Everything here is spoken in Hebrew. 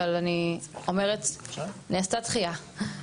אבל נעשתה דחייה.